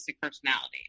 personality